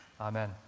Amen